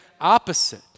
opposite